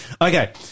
Okay